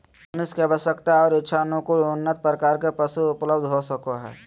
मनुष्य के आवश्यकता और इच्छानुकूल उन्नत प्रकार के पशु उपलब्ध हो सको हइ